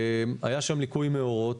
היה שם ליקוי מאורות,